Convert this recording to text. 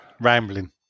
Rambling